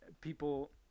people –